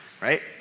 right